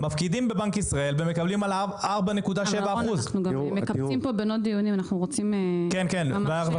מפקידים בבנק ישראל ומקבלים עליו 4.7%. בבקשה,